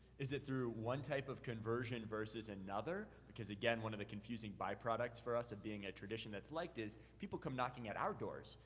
is it through one type of conversion verses another? because, again, one of the confusing by-products for us in being a tradition that's liked is, people come knocking at our doors.